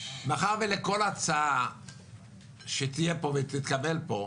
מאחר ולכל הצעה שתהיה פה ותקבל פה,